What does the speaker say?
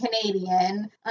Canadian